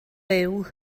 fyw